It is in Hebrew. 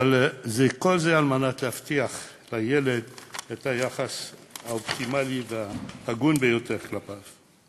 כל זה על מנת להבטיח לילד את היחס האופטימלי וההגון ביותר כלפיו.